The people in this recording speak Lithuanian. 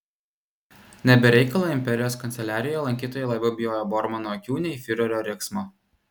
ne be reikalo imperijos kanceliarijoje lankytojai labiau bijojo bormano akių nei fiurerio riksmo